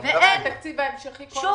לא